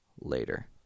later